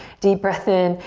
deep breath in.